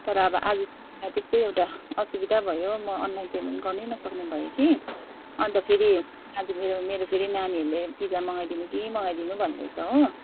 तर अब आज मलाई त्यस्तै एउटा असुविधा भयो म अनलाइन पेमेन्ट गर्नै नसक्ने भएँ कि अन्त फेरि यहाँ त फेरि मेरो फेरि नानीहरूले पिज्जा मगाइदिनु कि मगाइदिनु भन्दैछ हो